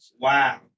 Wow